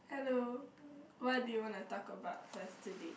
hello what do you wanna talk about first today